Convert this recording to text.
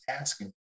asking